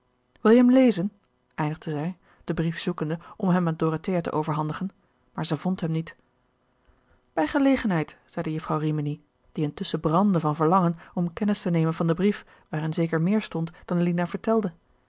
wil je hem lezen eindigde zij den brief zoekende om hem aan dorothea te overhandigen maar zij vond hem niet bij gelegenheid zeide jufvrouw rimini die intusschen gerard keller het testament van mevrouw de tonnette brandde van verlangen om kennis te nemen van den brief waarin zeker meer stond dan lina vertelde